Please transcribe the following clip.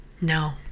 No